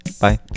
Bye